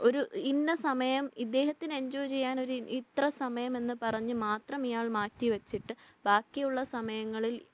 ഒരു ഇന്ന സമയം ഇദ്ദേഹത്തിന് എന്ജോയ് ചെയ്യാൻ ഒരു ഇത്ര സമയം എന്നുപറഞ്ഞ് മാത്രം ഇയാൾ മാറ്റിവെച്ചിട്ട് ബാക്കിയുള്ള സമയങ്ങളിൽ